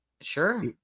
Sure